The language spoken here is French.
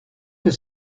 que